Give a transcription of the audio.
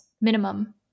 minimum